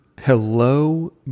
Hello